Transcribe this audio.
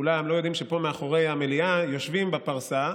לא יודעים שפה מאחורי המליאה יושבים בפרסה,